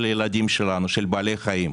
של הילדים שלנו, של בעלי החיים.